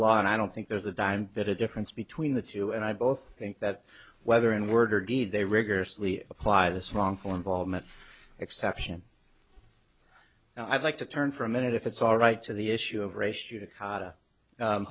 law and i don't think there's a dime bit of difference between the two and i both think that whether in word or deed they rigorously apply this wrongful involvement exception i'd like to turn for a minute if it's all right to the issue of race you to caught